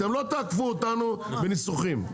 אתם לא תעקפו אותנו בניסוחים.